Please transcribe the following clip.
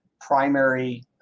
primary